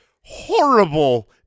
horrible